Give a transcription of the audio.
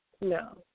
No